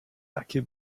takie